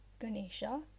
Ganesha